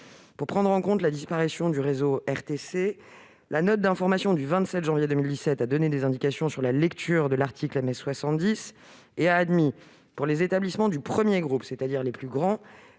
de prendre en compte la disparition du réseau RTC, la note d'information du 27 janvier 2017 a donné des indications sur la lecture qu'il fallait faire de l'article MS 70. Pour les établissements du premier groupe, c'est-à-dire les plus grands,